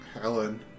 Helen